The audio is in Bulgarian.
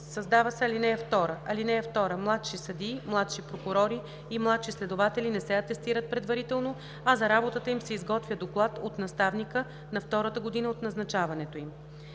Създава се ал. 2: „(2) Младши съдии, младши прокурори и младши следователи не се атестират предварително, а за работата им се изготвя доклад от наставника на втората година от назначаването им.“